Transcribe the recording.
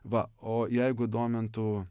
va o jeigu domintų